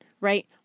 right